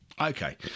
Okay